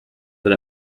that